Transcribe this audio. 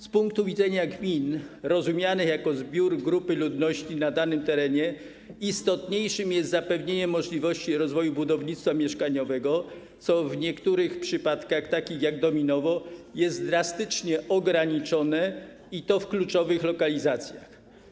Z punktu widzenia gmin rozumianych jako zbiór grupy ludności na danym terenie istotniejszym jest zapewnienie możliwości rozwoju budownictwa mieszkaniowego, co w przypadku niektórych gmin, takich jak Dominowo, jest drastycznie ograniczone i to w kluczowych lokalizacjach.